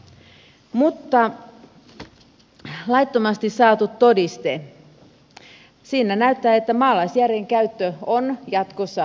mutta laittomasti saadun todisteen kohdalla näyttää siltä että maalaisjärjen käyttö on jatkossa sallittua